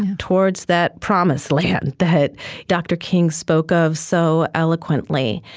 towards that promised land that dr. king spoke of so eloquently.